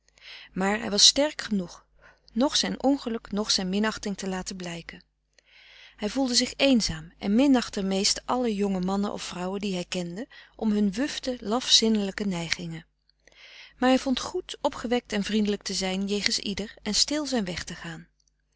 maar hij was sterk genoeg noch zijn ongeluk noch zijn minachting te laten blijken hij voelde zich eenzaam en minachtte meest alle jonge mannen of vrouwen die hij kende om hun wufte laf zinnelijke neigingen maar hij vond goed opgewekt en vriendelijk te zijn jegens ieder en stil zijn weg te gaan